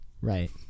Right